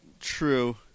true